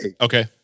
Okay